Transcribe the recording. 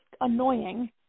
annoying